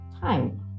Time